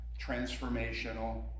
transformational